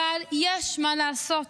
אבל יש מה לעשות,